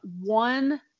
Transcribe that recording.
one